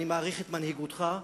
אני מעריך את מנהיגותך,